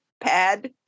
pad